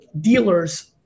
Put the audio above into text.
dealers